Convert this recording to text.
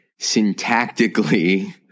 syntactically